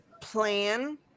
plan